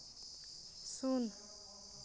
ᱥᱩᱱ